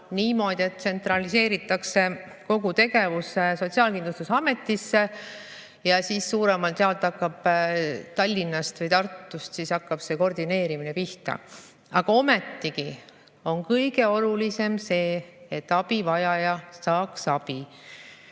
niimoodi, et tsentraliseeritakse kogu tegevus Sotsiaalkindlustusametisse ja suuremalt jaolt Tallinnast või Tartust hakkab koordineerimine pihta. Ometi on kõige olulisem see, et abivajaja saaks abi.